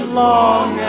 long